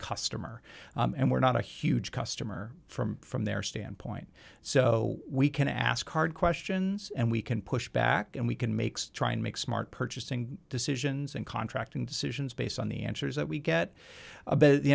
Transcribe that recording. customer and we're not a huge customer from from their standpoint so we can ask hard questions and we can push back and we can make try and make smart purchasing decisions and contracting decisions based on the answers that we get